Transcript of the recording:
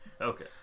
Okay